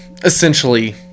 essentially